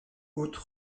hautes